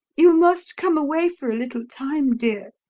you must come away for a little time, dear.